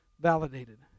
validated